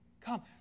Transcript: come